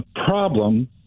problem